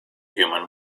human